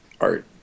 art